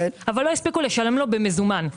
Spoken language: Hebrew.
אך לא הספיקו לשלם לו במזומן,